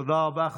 תודה רבה.